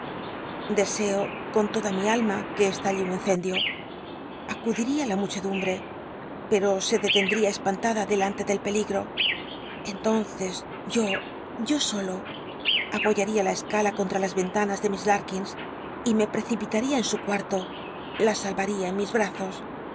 deseo con toda mi alma que estalle un incendi o acudida la muchedumbre pero se detendría espantada delante del pcligto entonces yo yo solo apoyaría la escala contm las yen lanas de miss lk y me precipitaría en lyeria para o lo la salvaria en mis brazos